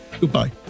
Goodbye